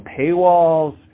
paywalls